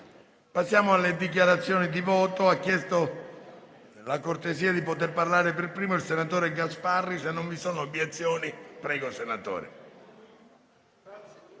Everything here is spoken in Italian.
Passiamo ora alle dichiarazioni di voto